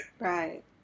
right